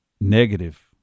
negative